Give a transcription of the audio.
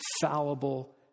fallible